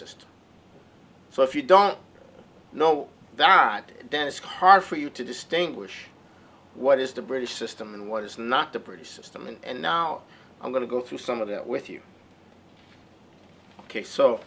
system so if you don't know the right that it's hard for you to distinguish what is the british system and what is not the british system and now i'm going to go through some of that with you ok so